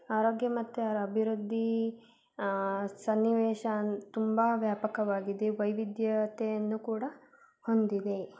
ಆರೋಗ್ಯ ಮತ್ತು ಅಭಿವೃದ್ಧಿ ಸನ್ನಿವೇಶ ತುಂಬ ವ್ಯಾಪಕವಾಗಿದೆ ವೈವಿಧ್ಯತೆಯನ್ನು ಕೂಡ ಹೊಂದಿದೆ